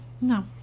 No